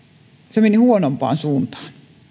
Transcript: se meni huonompaan suuntaan